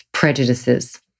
Prejudices